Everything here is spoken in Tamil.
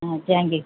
ah thank you